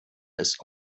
ist